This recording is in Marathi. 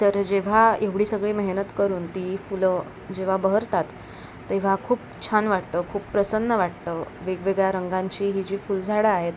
तर जेव्हा एवढी सगळी मेहनत करून ती फुलं जेव्हा बहरतात तेव्हा खूप छान वाटतं खूप प्रसन्न वाटतं वेगवेगळ्या रंगांची ही जी फुलझाडं आहेत